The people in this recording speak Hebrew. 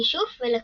לכישוף ולקוסמות.